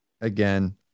Again